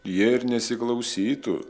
jie ir nesiklausytų